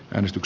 risto k